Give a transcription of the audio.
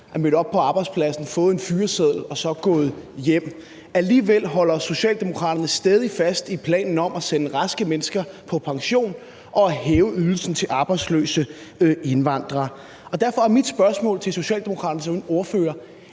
mødt op på arbejdspladsen, har fået en fyreseddel og er så gået hjem. Alligevel holder Socialdemokraterne stædigt fast i planen om at sende raske mennesker på pension og hæve ydelserne til arbejdsløse indvandrere. Derfor er mit spørgsmål til Socialdemokraternes ordfører: